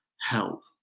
help